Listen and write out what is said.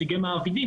נציגי מעבידים,